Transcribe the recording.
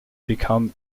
become